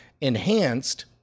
enhanced